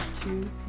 two